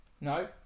no